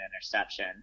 interception